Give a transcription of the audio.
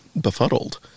befuddled